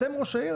אתם ראשי העיר,